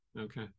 Okay